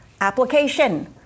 Application